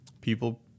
people